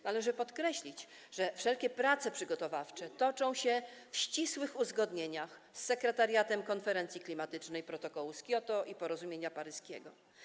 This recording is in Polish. Należy podkreślić, że wszelkie prace przygotowawcze toczą się w ścisłych uzgodnieniach z sekretariatem konferencji klimatycznej protokołu z Kioto i porozumienia paryskiego.